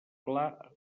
clar